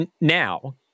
now